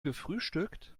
gefrühstückt